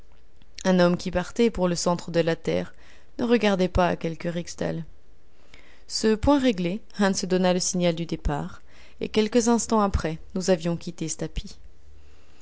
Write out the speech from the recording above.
un homme qui partait pour le centre de la terre ne regardait pas à quelques rixdales ce point réglé hans donna le signal du départ et quelques instants après nous avions quitté stapi